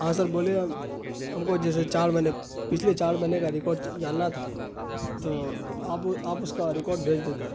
ہاں سر بولیے ہم کو جیسے چار مہینے پچھلے چار مہینے کا ریکارڈ جاننا تھا تو آپ آپ اس کا ریکارڈ بھیج دیتے